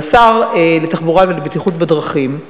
אבל השר לתחבורה ולבטיחות בדרכים,